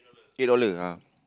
eight dollar ah